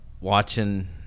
Watching